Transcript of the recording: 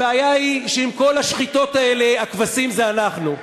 הבעיה היא שעם כל השחיטות האלה, הכבשים זה אנחנו.